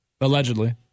Allegedly